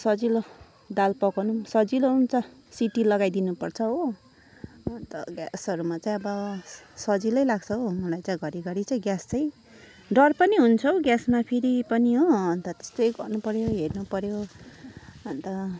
सजिलो दाल पकाउनु पनि सजिलो हुन्छ सिटी लगाइ दिनुपर्छ हो अन्त ग्यासहरूमा चाहिँ अब सजिलै लाग्छ हो मलाइ चाहिँ घरि घरि चाहिँ ग्यास चाहिँ डर पनि हुन्छ हौ ग्यासमा फेरि पनि हो अन्त त्यसतै गर्नु पऱ्यो हेर्नु पऱ्यो अन्त